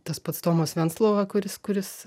tas pats tomas venclova kuris kuris